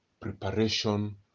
preparation